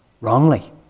wrongly